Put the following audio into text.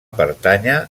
pertànyer